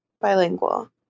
Bilingual